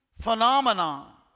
phenomenon